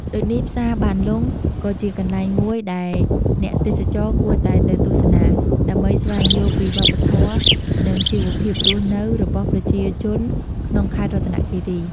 ដូចនេះផ្សារបានលុងក៏ជាកន្លែងមួយដែលអ្នកទេសចរគួរតែទៅទស្សនា ដើម្បីស្វែងយល់ពីវប្បធម៌ និងជីវភាពរស់នៅរបស់ប្រជាជនក្នុងខេត្តរតនគិរី។